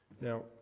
Now